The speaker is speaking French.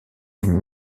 une